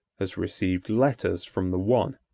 has received letters from the one,